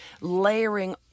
layering